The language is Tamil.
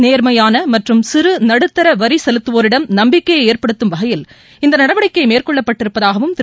நேர்மையான மற்றும் சிறு நடுத்தர வரி செலுத்துவோரிடம் நம்பிக்கையை ஏற்படுத்தும் வகையில் இந்த நடவடிக்கை மேற்கொள்ளப்பட்டிருப்பதாகவும் திரு